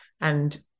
And-